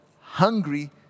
hungry